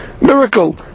Miracle